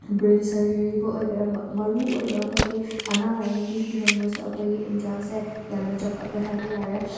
ꯕ꯭ꯔꯤꯁ ꯁꯔꯖꯔꯤꯕꯨ ꯑꯣꯏꯒꯦꯔꯥ ꯃꯔꯨ ꯑꯣꯏꯕ ꯑꯩꯈꯣꯏꯒꯤ ꯑꯅꯥ ꯂꯥꯏꯌꯦꯡꯒꯤ ꯍꯤꯔꯝꯗꯁꯨ ꯑꯩꯈꯣꯏꯒꯤ ꯏꯟꯗꯤꯌꯥꯁꯦ ꯌꯥꯝꯅ ꯆꯥꯎꯈꯠꯂꯦ ꯍꯥꯏꯕ ꯌꯥꯔꯦ